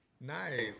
Nice